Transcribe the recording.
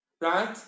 right